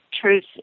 truth